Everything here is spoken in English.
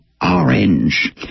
orange